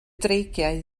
dreigiau